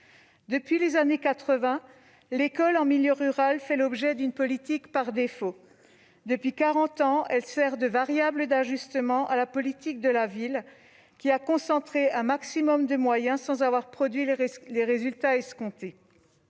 Depuis les années 1980, l'école en milieu rural fait l'objet d'une politique par défaut. Depuis quarante ans, elle sert de variable d'ajustement de la politique de la ville, qui a concentré un maximum de moyens sans avoir produit les résultats escomptés.